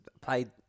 played